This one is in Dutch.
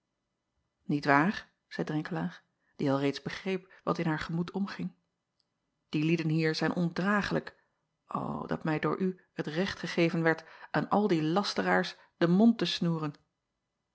iet waar zeî renkelaer die alreeds begreep wat in haar gemoed omging die lieden hier zijn ondraaglijk o dat mij door u het recht gegeven werd aan al die lasteraars den mond te snoeren